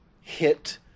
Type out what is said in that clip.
hit